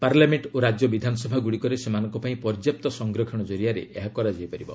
parliament ଓ ରାଜ୍ୟ ବିଧାନସଭାଗୁଡ଼ିକରେ ସେମାନଙ୍କ ପାଇଁ ପର୍ଯ୍ୟାପ୍ତ ସଂରକ୍ଷଣ ଜରିଆରେ ଏହା କରାଯାଇପାରିବ